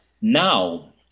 Now